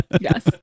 Yes